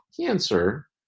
cancer